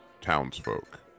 townsfolk